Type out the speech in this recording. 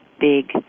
big